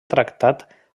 tractat